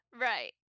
Right